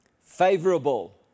favorable